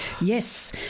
Yes